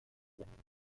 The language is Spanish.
castilla